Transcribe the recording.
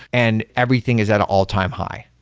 and everything is at all-time high.